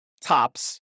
tops